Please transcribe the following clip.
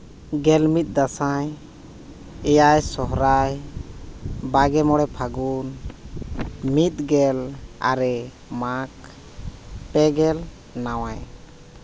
ᱜᱮᱞᱢᱤᱫ ᱫᱟᱸᱥᱟᱭ ᱮᱭᱟᱭ ᱥᱚᱦᱚᱨᱟᱭ ᱵᱟᱜᱮ ᱢᱚᱬᱮ ᱯᱷᱟᱹᱜᱩᱱ ᱢᱤᱫ ᱜᱮᱞ ᱟᱨᱮ ᱢᱟᱜᱽ ᱯᱮᱜᱮᱞ ᱱᱟᱣᱟᱭ